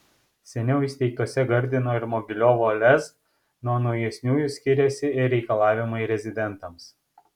seniau įsteigtose gardino ir mogiliovo lez nuo naujesniųjų skiriasi ir reikalavimai rezidentams